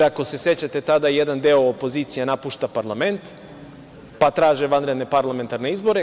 Ako se sećate, tada jedan deo opozicije napušta parlament pa traže vanredne parlamentarne izbore.